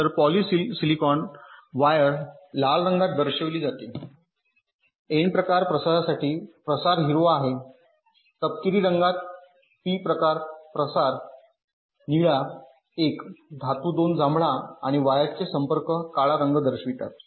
तर polysilicon wire लाल रंगात दर्शविली जाते एन प्रकार प्रसारासाठी प्रसार हिरवा आहे तपकिरी रंगात पी प्रकार प्रसार निळा 1 धातू 2 जांभळा आणि व्हायर्सचे संपर्क काळा रंग दर्शवितात